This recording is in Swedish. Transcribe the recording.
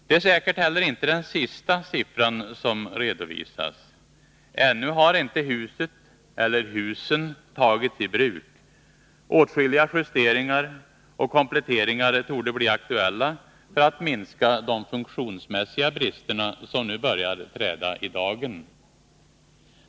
Det är säkert inte heller den sista siffran som redovisas. Ännu har inte huset — eller husen — tagits i bruk. Åtskilliga justeringar och kompletteringar torde bli aktuella för att minska de funktionsmässiga bristerna, som nu börjat träda i dagen.